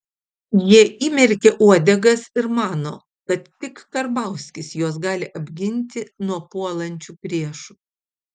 jie įmerkė uodegas ir mano kad tik karbauskis juos gali apginti nuo puolančių priešų